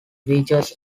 features